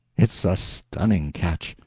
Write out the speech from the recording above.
it's a stunning catch!